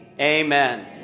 Amen